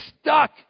stuck